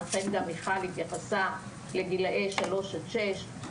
לכן גם מיכל התייחסה לגילאי שלוש עד שש,